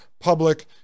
public